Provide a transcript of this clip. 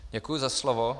Děkuji za slovo.